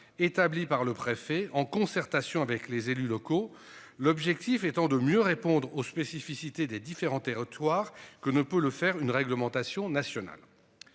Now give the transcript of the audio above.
établi par le préfet en concertation avec les élus locaux. L'objectif étant de mieux répondre aux spécificités des différents territoires que ne peut le faire. Une réglementation nationale.